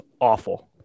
awful